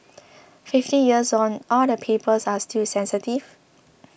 fifty years on all the papers are still sensitive